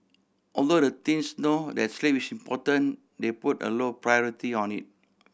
although the teens know that sleep is important they put a low priority on it